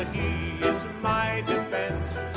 is my defense,